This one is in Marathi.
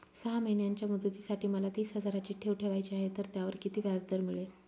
सहा महिन्यांच्या मुदतीसाठी मला तीस हजाराची ठेव ठेवायची आहे, तर त्यावर किती व्याजदर मिळेल?